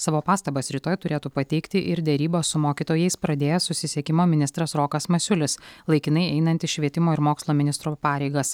savo pastabas rytoj turėtų pateikti ir derybas su mokytojais pradėjęs susisiekimo ministras rokas masiulis laikinai einantis švietimo ir mokslo ministro pareigas